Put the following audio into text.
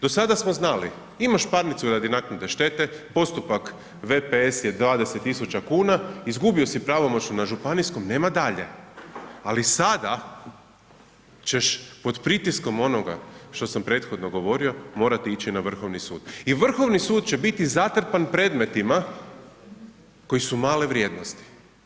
Do sada smo znali, imaš parnicu radi naknade štete, postupak VPS je 20 000 kuna, izgubio si pravomoćnu, na županijskom nema dalje, ali sada ćeš pod pritiskom onoga što sam prethodno govorio, morat ići na Vrhovni sud i Vrhovni sud će biti zatrpan predmetima koji su male vrijednosti.